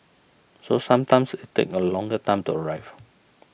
so sometimes takes a longer time to arrive